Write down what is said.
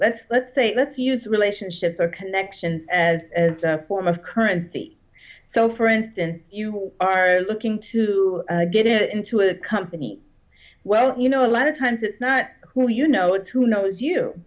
let's let's say let's use relationships or connections as a form of currency so for instance you are looking to get into a company well you know a lot of times it's not who you know it's who knows you